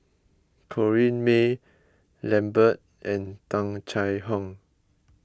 Corrinne May Lambert and Tung Chye Hong